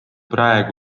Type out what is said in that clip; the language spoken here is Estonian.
hästi